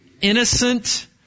innocent